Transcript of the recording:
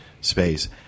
space